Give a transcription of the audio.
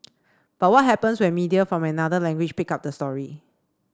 but what happens when media from another language pick up the story